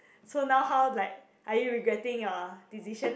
so now how like are you regretting your decision lah